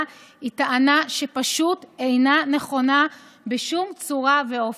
היא טענה שפשוט אינה נכונה בשום צורה ואופן.